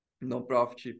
non-profit